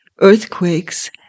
earthquakes